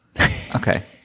okay